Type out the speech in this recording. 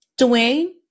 Dwayne